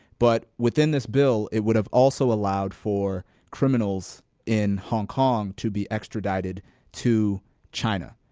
but within this bill, it would have also allowed for criminals in hong kong to be extradited to china.